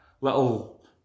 little